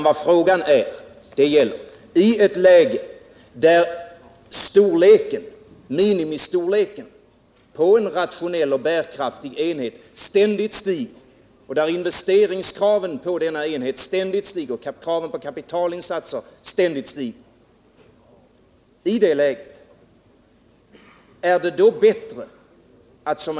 Vad frågan gäller är om det i ett läge där minimistorleken på en rationell och bärkraftig enhet liksom investeringskraven ständigt stiger är bättre att låta 50 000 enheter, var tredje jordbrukare i landet, gå ur produktionen.